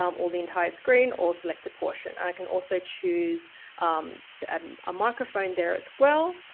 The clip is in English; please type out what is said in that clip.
um all the entire screen or select a portion. i can also choose to add and a microphone there as well.